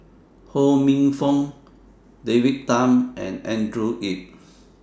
Ho Minfong David Tham and Andrew Yip